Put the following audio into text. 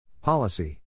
Policy